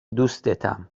دوستتم